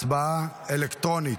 הצבעה אלקטרונית.